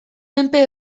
menpe